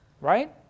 right